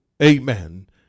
Amen